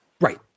Right